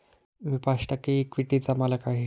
मी पाच टक्के इक्विटीचा मालक आहे